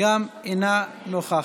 גם אינה נוכחת.